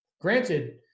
Granted